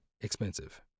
expensive